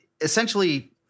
essentially